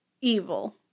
evil